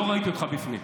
לא ראיתי אותך בפנים.